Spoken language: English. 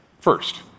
First